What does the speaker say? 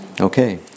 Okay